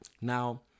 now